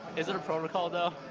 is it a protocol, though?